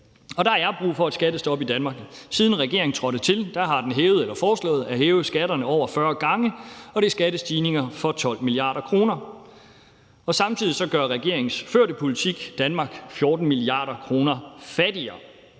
der er brug for et skattestop i Danmark. Siden regeringen trådte til, har den hævet eller foreslået at hæve skatterne over 40 gange, og det er skattestigninger for 12 mia. kr. Samtidig gør regeringens førte politik Danmark 14 mia. kr. fattigere.